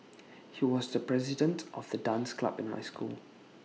he was the president of the dance club in my school